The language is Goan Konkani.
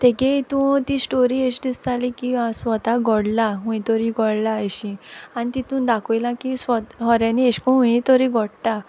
तेगे इतूं ती स्टोरी अेश दिसताली की स्वता घोडला हूंय तोरी घोडला आनी तितून दाखोयलां की होऱ्यांनी अेश कोन्न हुंयी तोरी घोडटा